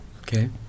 Okay